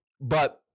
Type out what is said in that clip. But-